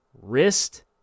wrist